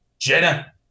Jenna